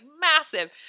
massive